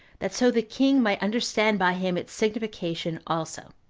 that so the king might understand by him its signification also.